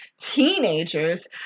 teenagers